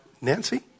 Nancy